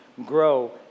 grow